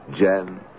Jan